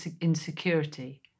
insecurity